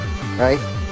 right